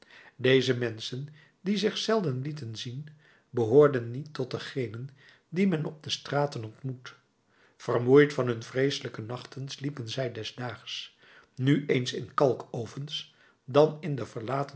deze menschen die zich zelden lieten zien behoorden niet tot degenen die men op de straten ontmoet vermoeid van hun vreeselijke nachten sliepen zij des daags nu eens in kalkovens dan in de